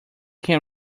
can